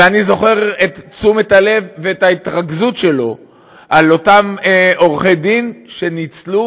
ואני זוכר את תשומת הלב ואת ההתרגזות שלו על אותם עורכי דין שניצלו,